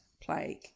plague